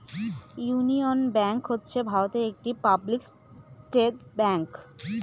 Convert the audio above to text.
union Bank হচ্ছে ভারতের একটি পাবলিক সেক্টর ব্যাঙ্ক